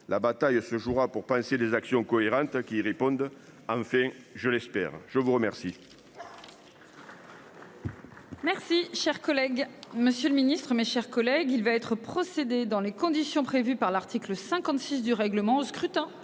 La bataille se jouera pour penser des actions cohérentes qui répondent. Enfin je l'espère, je vous remercie.